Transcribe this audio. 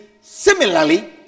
similarly